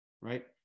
right